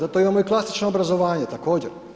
Zato imamo i klasično obrazovanje, također.